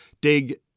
dig